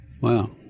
Wow